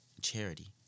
Charity